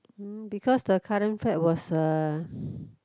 hmm because the current flat was a